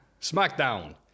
Smackdown